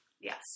Yes